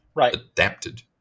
adapted